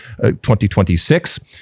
2026